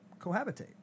cohabitate